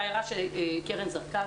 להערה שקרן זרקה,